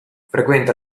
frequenta